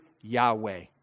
Yahweh